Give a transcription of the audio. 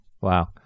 Wow